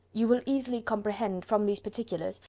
you will easily comprehend, from these particulars,